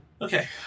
Okay